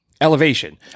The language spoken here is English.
Elevation